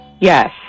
Yes